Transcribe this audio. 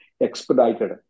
expedited